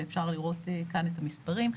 ואפשר לראות כאן את המספרים.